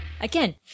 Again